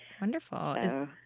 Wonderful